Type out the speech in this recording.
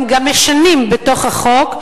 הם גם משנים בתוך החוק,